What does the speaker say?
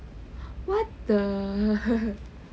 what the